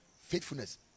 Faithfulness